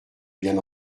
bien